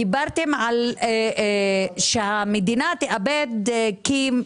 דיברתם על כך שהמדינה תאבד 140 מיליון